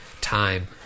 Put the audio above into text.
time